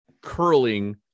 curling